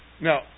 Now